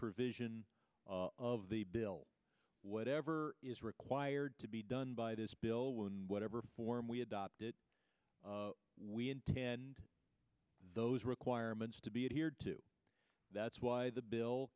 provision of the bill whatever is required to be done by this bill will in whatever form we adopt it we intend those requirements to be adhered to that's why the bill